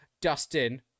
Dustin